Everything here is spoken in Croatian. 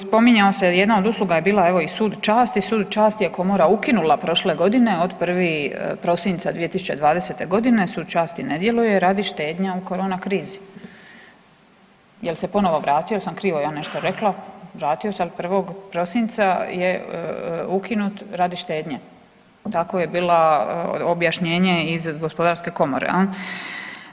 Spominjao se, jedna od usluga je bila evo i sud časti, sud časti je komora ukinula prošle godine od 1. prosinca 2020.g., sud časti ne djeluje radi štednje u korona krizi, jel se ponovo vratio, jel sam krivo ja nešto rekla, vratio se al 1. prosinca je ukinut radi štednje, tako je bilo objašnjenje iz gospodarske komore jel.